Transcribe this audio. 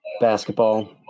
basketball